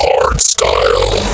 Hardstyle